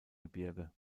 gebirge